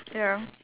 ya